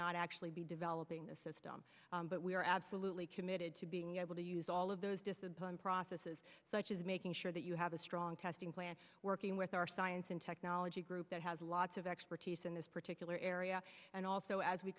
not actually be developing the system but we are absolutely committed to being able to use all of those discipline processes such as making sure that you have a strong testing plan working with our science and technology group that has lots of expertise in this particular area and also as we